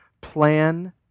plan